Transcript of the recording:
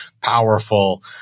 powerful